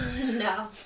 No